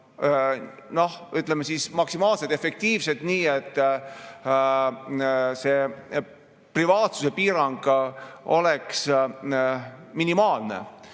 ütleme, maksimaalselt efektiivselt, nii et see privaatsuse piirang oleks minimaalne.